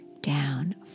down